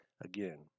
Again